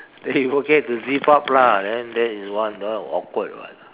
that you forget to zip up lah then that is one that one awkward [what]